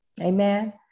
amen